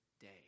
day